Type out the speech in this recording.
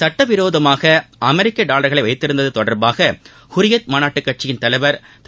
சுட்டவிரோதமாக அமெரிக்க டாலர்களை வைத்திருந்தது தொடர்பாக ஹுரியத் மாநாட்டுக் கட்சியின் தலைவர் திரு